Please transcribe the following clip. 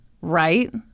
Right